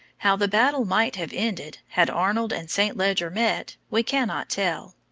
how the battle might have ended had arnold and st. leger met, we cannot tell,